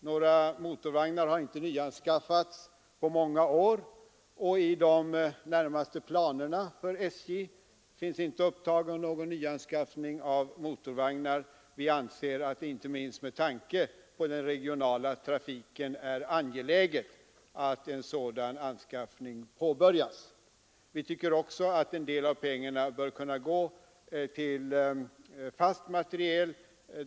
Några motorvagnar har inte nyanskaffats på många år, och i de närmaste planerna för SJ är någon nyanskaffning av motorvagnar inte upptagen. Vi anser att det inte minst med tanke på den regionala trafiken är angeläget att en sådan anskaffning påbörjas. Vi tycker också att en del av pengarna bör kunna gå till fasta anläggningar.